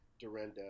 Dorinda